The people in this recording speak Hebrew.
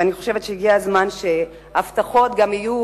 אני חושבת שהגיע הזמן שהבטחות יהיו,